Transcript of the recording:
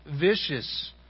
vicious